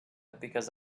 because